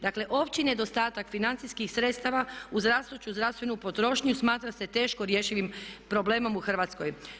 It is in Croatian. Dakle opći nedostatak financijskih sredstava u zdravstvu … zdravstvenu potrošnju smatra se teško rješivim problemom u Hrvatskoj.